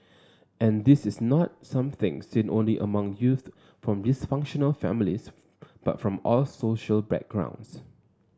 and this is not something seen only among youth from dysfunctional families but from all social backgrounds